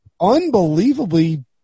unbelievably